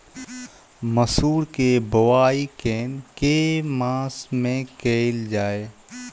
मसूर केँ बोवाई केँ के मास मे कैल जाए?